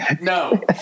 No